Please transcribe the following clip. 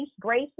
Grace